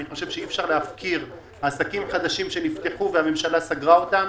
אני חושב שאי אפשר להפקיר עסקים חדשים שנפתחו והממשלה סגרה אותם.